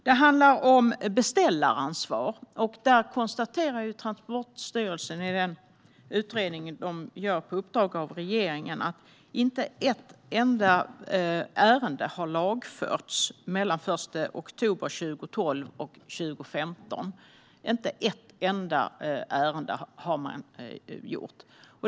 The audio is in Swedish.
Det handlar om beställaransvar, och där konstaterar Transportstyrelsen i den utredning de gör på uppdrag av regeringen att inte ett enda ärende har lagförts mellan den 1 oktober 2012 och 2015 - inte ett enda ärende.